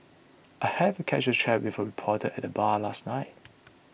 I had a casual chat with a reporter at the bar last night